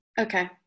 Okay